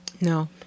No